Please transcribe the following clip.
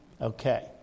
Okay